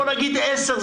בוא נגיד 10,